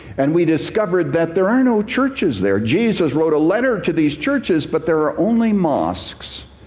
and we discovered that there are no churches there. jesus wrote a letter to these churches, but there are only mosques.